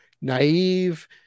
naive